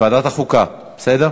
לוועדת החוקה, בסדר?